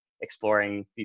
exploring